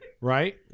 right